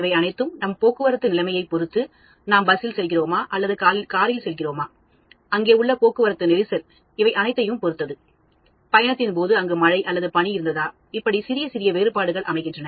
இவை அனைத்தும் நம் போக்குவரத்து நிலைமையை பொறுத்து நாம் பஸ்ஸில் செல்கிறோமா அல்லது காரில் செல்கிறோமா அங்கே உள்ள போக்குவரத்து நெரிசல் இவை அனைத்தையும் பொருத்தது பயணத்தின்போது அங்கு மழை அல்லது பனி இருந்ததா இப்படி சிறிய சிறிய வேறுபாடுகள் அமைகின்றன